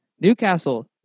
Newcastle